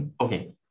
Okay